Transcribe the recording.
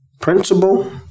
Principal